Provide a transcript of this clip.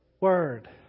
Word